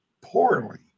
poorly